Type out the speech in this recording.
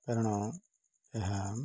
କାରଣ ଏହା